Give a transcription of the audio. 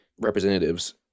representatives